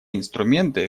инструменты